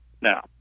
Now